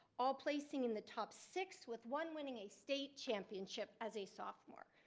all placing in the top six with one winning a state championship as a sophomore,